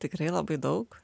tikrai labai daug